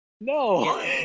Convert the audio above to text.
No